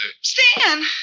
Stan